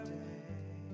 day